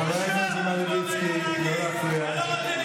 חבר הכנסת מלביצקי, לא להפריע.